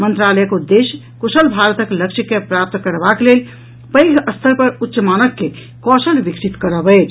मंत्रालयक उद्देश्य कूशल भारतक लक्ष्य के प्राप्त करबाक लेल पैघ स्तर पर उच्च मानक के कौशल विकसित करब अछि